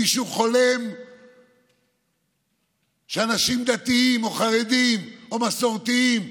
מישהו חולם שאנשים דתיים או חרדים או מסורתיים,